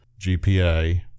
GPA